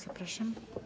Zapraszam.